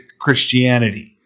Christianity